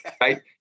Right